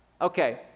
Okay